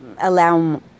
allow